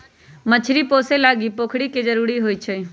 मछरी पोशे लागी पोखरि के जरूरी होइ छै